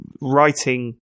writing